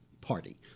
party